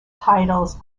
titles